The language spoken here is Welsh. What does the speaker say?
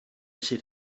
sydd